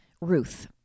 Ruth